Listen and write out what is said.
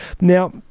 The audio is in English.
now